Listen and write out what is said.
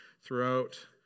throughout